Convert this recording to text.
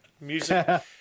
Music